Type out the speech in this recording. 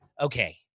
okay